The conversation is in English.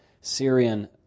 Syrian